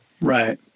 Right